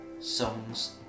Songs